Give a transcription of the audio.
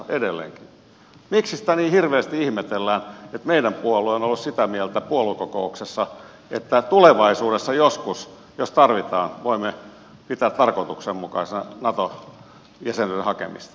miksi sitä niin hirveästi ihmetellään että meidän puolueemme on ollut sitä mieltä puoluekokouksessa että tulevaisuudessa joskus jos tarvitaan voimme pitää tarkoituksenmukaisena nato jäsenyyden hakemista